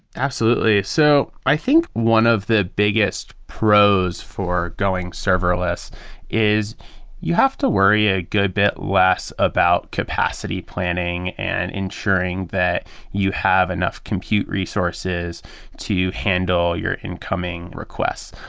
absolutely. so i think one of the biggest pros for going serverless is you have to worry a good bit less about capacity planning and ensuring that you have enough compute resources to handle your incoming requests.